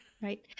Right